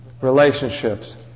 relationships